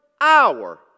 hour